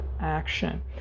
action